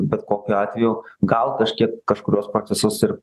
bet kokiu atveju gal kažkiek kažkuriuos procesus ir